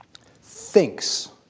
thinks